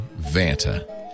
Vanta